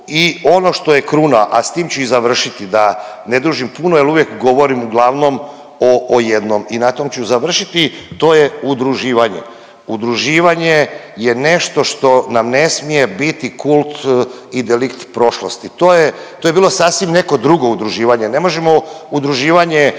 i ono što je kruna, a s tim ću i završiti, da ne dužim puno jel uvijek govorim uglavnom o jednom i na tom ću završiti, to je udruživanje. Udruživanje je nešto što nam ne smije biti kult i delikt prošlosti. To je, to je bilo sasvim neko drugo udruživanje. Ne možemo udruživanje